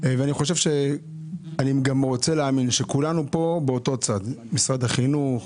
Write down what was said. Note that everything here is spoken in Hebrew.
אני גם רוצה להאמין שכולנו כאן באותו צד משרד החינוך,